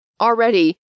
already